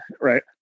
right